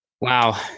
Wow